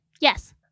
Yes